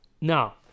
Now